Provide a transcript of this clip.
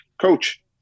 Coach